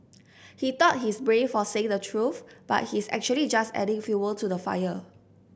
he thought he's brave for saying the truth but he's actually just adding fuel to the fire